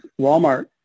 Walmart